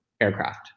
aircraft